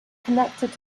connected